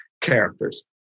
characters